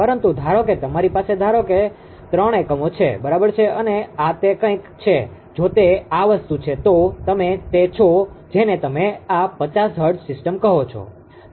પરંતુ ધારો કે તમારી પાસે ધારો કે તમારી પાસે 3 એકમો છે બરાબર છે અને આ તે કંઈક છે જો તે આ વસ્તુ છે તો તમે તે છો જેને તમે આ 50 હર્ટ્ઝ સિસ્ટમ કહો છો